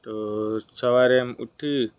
તો સવારે એમ ઉઠી